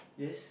yes